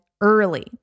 early